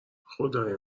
خدای